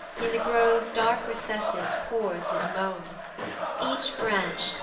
in the grove's dark recesses pours his moan each branch,